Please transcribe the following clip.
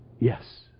yes